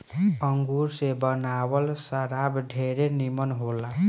अंगूर से बनावल शराब ढेरे निमन होला